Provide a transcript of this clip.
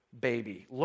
baby